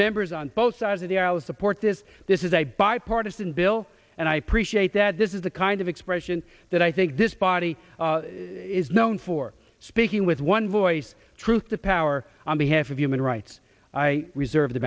members on both sides of the aisle support this this is a bipartisan bill and i appreciate that this is the kind of expression that i think this body is known for speaking with one voice truth to power on behalf of human rights i reserve the